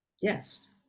yes